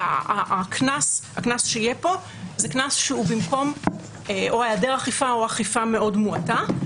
הקנס שיהיה פה זה קנס שהוא במקום או היעדר אכיפה או אכיפה מאוד מועטה.